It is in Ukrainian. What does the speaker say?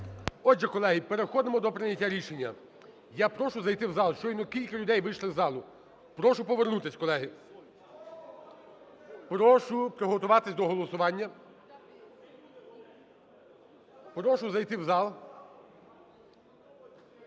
Отже, колеги, переходимо до прийняття рішення. Я прошу зайти в зал, щойно кілька людей вийшли з залу, прошу повернутись, колеги. Прошу приготуватись до голосування, прошу зайти в зал.